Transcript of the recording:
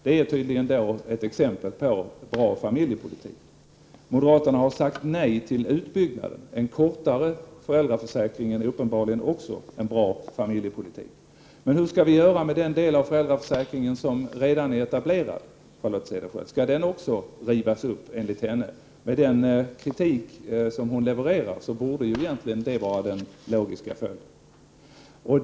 Det är tydligen ett exempel på bra familjepolitik. Moderaterna har sagt nej till utbyggnaden av barnomsorgen. Kortare föräldraförsäkring är uppenbarligen också en bra familjepolitik. Men hur skall vi göra med den del av föräldraförsäkringen som redan är etablerad, Charlotte Cederschiöld? Skall den också rivas upp? Med den kritik hon levererar borde egentligen det vara den logiska följden.